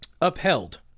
upheld